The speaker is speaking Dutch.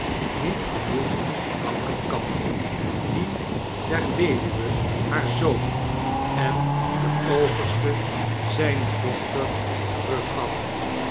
niet genoeg danken kan die der weduwe haar zoon en den overste zyne dochter teruggaf